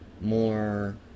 more